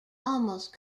almost